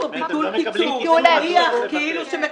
כתוב פה "ביטול קיצור", זה מניח כאילו שמקצרים.